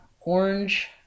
orange